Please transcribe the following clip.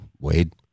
Wade